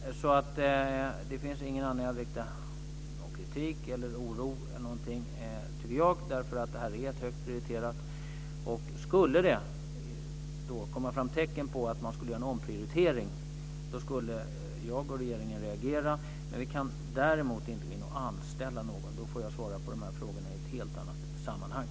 Jag tycker alltså inte att det finns någon anledning till kritik eller oro i detta sammanhang. Det här är ett högt prioriterat område. Skulle det komma fram tecken på en omprioritering skulle jag och regeringen reagera. Vi kan däremot inte anställa någon för detta. Då får jag svara för de här frågorna i ett helt annat sammanhang.